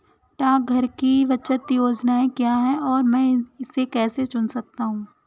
डाकघर की बचत योजनाएँ क्या हैं और मैं इसे कैसे चुन सकता हूँ?